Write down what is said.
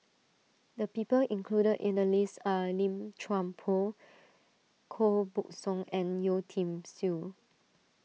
the people included in the list are Lim Chuan Poh Koh Buck Song and Yeo Tiam Siew